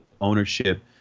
ownership